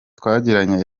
twagiranye